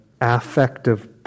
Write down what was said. affective